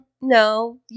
No